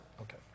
okay